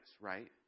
right